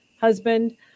husband